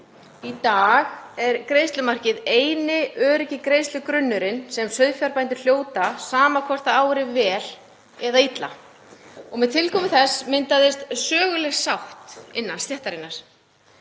Í dag er greiðslumarkið eini öruggi greiðslugrunnurinn sem sauðfjárbændur hljóta sama hvort árar vel eða illa. Með tilkomu þess myndaðist söguleg sátt innan stéttarinnar.